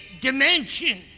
dimension